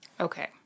Okay